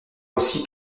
aussi